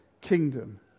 kingdom